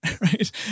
right